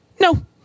No